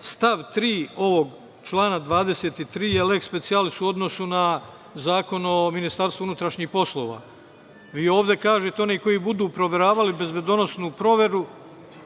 stav 3. ovog člana 23. je leks specijalis u odnosu na Zakon o Ministarstvu unutrašnjih poslova. Vi ovde kažete, oni koji budu